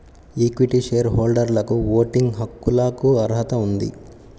equity share హోల్డర్లకుఓటింగ్ హక్కులకుఅర్హత ఉంది